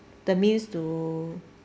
the means to